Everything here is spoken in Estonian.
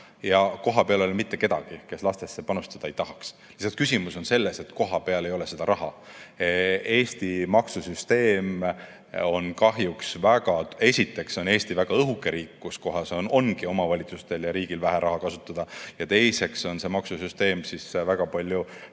ka. Kohapeal ei ole mitte kedagi, kes lastesse panustada ei tahaks. Lihtsalt küsimus on selles, et kohapeal ei ole seda raha. Eesti maksusüsteem on kahjuks selline, et esiteks on Eesti väga õhuke riik, kus ongi omavalitsustel ja riigil vähe raha kasutada. Ja teiseks on see maksusüsteem väga palju